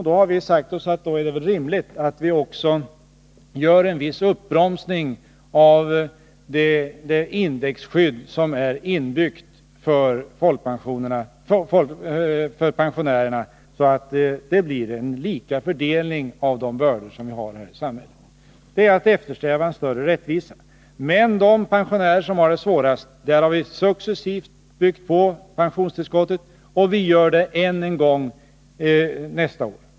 Då har vi sagt oss att det är väl rimligt att också göra en viss uppbromsning av det indexskydd som är inbyggt för pensionärerna, så att det blir en lika fördelning av de bördor som vi har att bära här i samhället. Det är att eftersträva en större rättvisa. Men för de pensionärer som har det svårast har vi successivt byggt på pensionstillskottet, och vi gör det än en gång nästa år.